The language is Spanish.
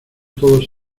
todos